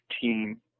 team